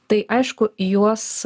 tai aišku juos